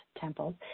temples